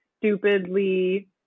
stupidly